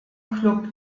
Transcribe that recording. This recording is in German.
club